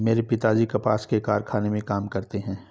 मेरे पिताजी कपास के कारखाने में काम करते हैं